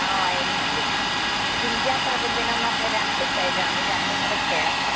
ആ ഓയില്മെന്റിന് സിഞ്ചാപ്രപഞ്ചനം എന്ന് പറഞ്ഞ രണ്ട് തൈലമാണ് രണ്ടും കൂടെ ചേര്ക്കുക